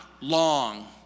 long